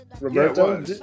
Roberto